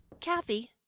Kathy